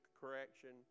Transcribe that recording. correction